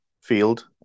field